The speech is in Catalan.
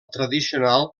tradicional